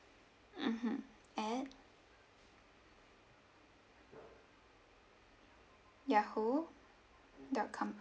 mmhmm at Yahoo dot com